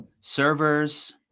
Servers